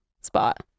spot